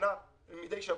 שמשתנה מידי שבוע-שבוע,